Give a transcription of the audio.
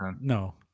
No